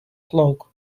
cloak